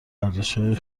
ارزشهای